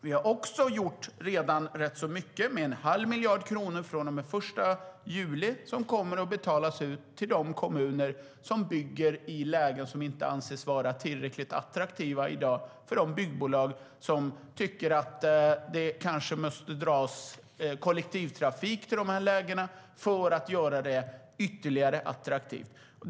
Vi har också redan gjort rätt så mycket, med 1⁄2 miljard från och med den 1 juli som kommer att betalas ut till de kommuner som bygger i lägen som inte anses tillräckligt attraktiva i dag för de byggbolag som tycker att det kanske måste dras kollektivtrafik till områdena för att göra dem attraktivare.